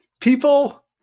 People